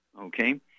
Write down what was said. okay